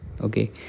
okay